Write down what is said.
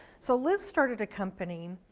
so liz started a company,